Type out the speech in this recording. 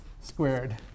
squared